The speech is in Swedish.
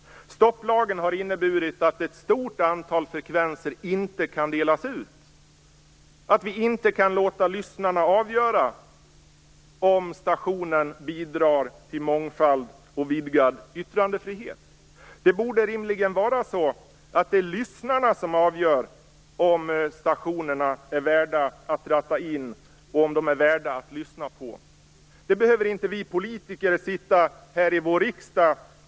Stopplagen har inneburit att ett stort antal frekvenser inte kan delas ut, att vi inte kan låta lyssnarna avgöra om stationen bidrar till mångfald och vidgad yttrandefrihet. Det borde rimligen vara så att det är lyssnarna som avgör om stationerna är värda att ratta in och om de är värda att lyssna på. Det behöver inte vi politiker styra och ställa med i riksdagen.